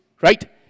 right